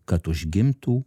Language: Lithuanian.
kad užgimtų